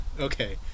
Okay